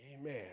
Amen